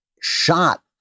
shot